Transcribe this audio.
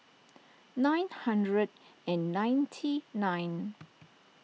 nine hundred and ninety nine